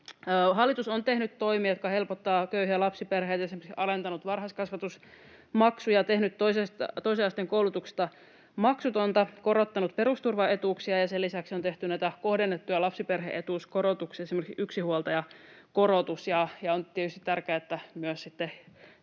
Hallitus on tehnyt toimia, jotka helpottavat köyhiä lapsiperheitä, esimerkiksi alentanut varhaiskasvatusmaksuja ja tehnyt toisen asteen koulutuksesta maksutonta, korottanut perusturvaetuuksia, ja sen lisäksi on tehty näitä kohdennettuja lapsiperhe-etuuskorotuksia, esimerkiksi yksinhuoltajakorotus. Ja on tietysti tärkeää, että myös